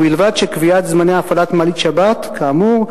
ובלבד שקביעת זמני הפעלת מעלית שבת כאמור,